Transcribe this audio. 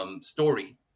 story